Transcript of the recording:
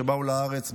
שבאו לארץ,